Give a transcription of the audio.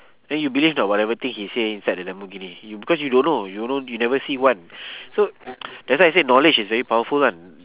then you believe or not whatever thing he say inside the lamborghini you because you don't know you don't you never see one so that's why I say knowledge is very powerful [one]